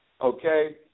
okay